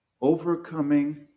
Overcoming